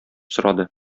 сорады